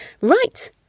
Right